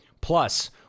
plus